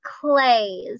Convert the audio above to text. clays